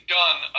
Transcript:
done